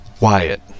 Wyatt